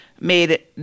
made